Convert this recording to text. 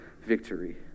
victory